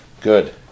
good